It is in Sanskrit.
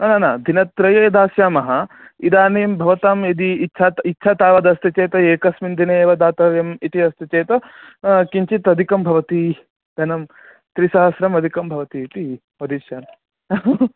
न न दिनत्रये दास्यामः इदानीं भवताम् यदि इच्छा इच्छा तावदस्ति चेत् एकस्मिन् दिने एव दातव्यम् इति अस्ति चेत् किञ्चित् अधिकं भवति धनं त्रिसहस्रम् अधिकं भवति इति वदिष्यामि